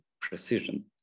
precision